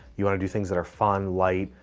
you wanna do things that are fun, light,